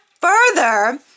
further